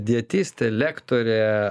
dietistė lektorė